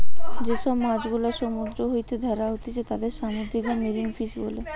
যে সব মাছ গুলা সমুদ্র হইতে ধ্যরা হতিছে তাদির সামুদ্রিক বা মেরিন ফিশ বোলে